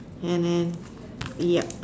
and then yup